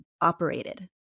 operated